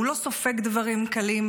הוא לא סופג דברים קלים,